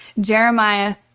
Jeremiah